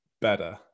better